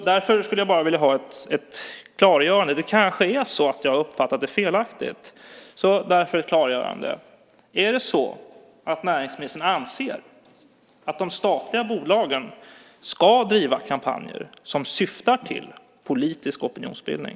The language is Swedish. Därför skulle jag bara vilja ha ett klargörande så att jag inte har uppfattat det felaktigt: Är det så att näringsministern anser att de statliga bolagen ska driva kampanjer som syftar till politisk opinionsbildning?